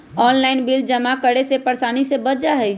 Online bill जमा करे से परेशानी से बच जाहई?